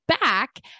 back